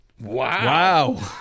wow